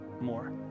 more